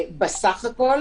בסך הכול